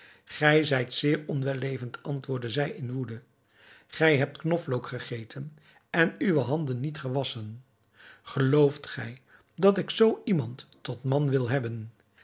gij zijt zeer onwellevend antwoordde zij in woede gij hebt knoflook gegeten en uwe handen niet gewasschen gelooft gij dat ik zoo iemand tot man wil hebben